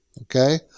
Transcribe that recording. Okay